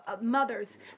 mothers